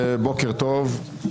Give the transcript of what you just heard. בוקר טוב,